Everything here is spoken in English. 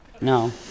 No